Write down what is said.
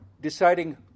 deciding